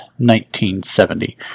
1970